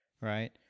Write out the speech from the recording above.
right